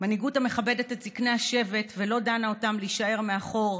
מנהיגות המכבדת את זקני השבט ולא דנה אותם להישאר מאחור,